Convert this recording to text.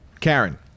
Karen